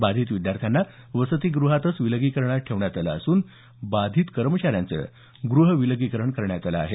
बाधित विद्यार्थ्यांना वसतीग्रहात विलगीकरणात ठेवण्यात आलं असून इतर बाधितांचं गृह विलगीकरण करण्यात आलं आहे